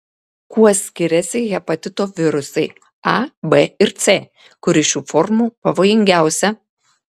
kuo skiriasi hepatito virusai a b ir c kuri šių formų pavojingiausia